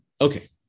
okay